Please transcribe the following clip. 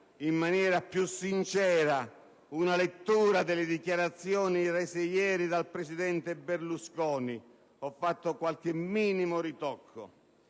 in maniera più sincera una lettura delle dichiarazioni rese ieri dal presidente Berlusconi e ho fatto qualche minimo ritocco: